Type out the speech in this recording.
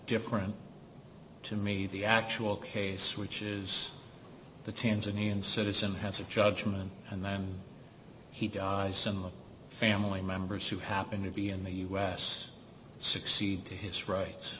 different to me the actual case which is the tanzanian citizen has a judgment and then he dies some family members who happened to be in the us succeed to his rights